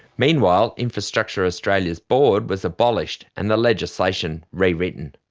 meanwhile, infrastructure australia's board was abolished and the legislation rewritten.